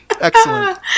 Excellent